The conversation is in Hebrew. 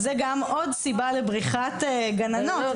זה גם עוד סיבה לבריחת גננות.